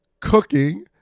cooking